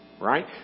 right